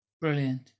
brilliant